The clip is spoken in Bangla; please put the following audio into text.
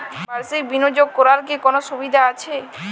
বাষির্ক বিনিয়োগ করার কি কোনো সুবিধা আছে?